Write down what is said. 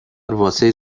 واسه